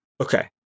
Okay